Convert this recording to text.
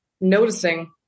noticing